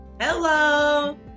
Hello